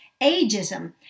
ageism